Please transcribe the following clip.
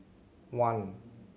one